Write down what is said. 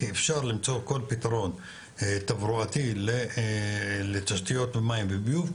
כי אפשר למצוא כל פתרון תברואתי לתשתיות מים וביוב,